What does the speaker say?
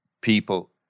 people